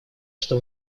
что